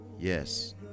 yes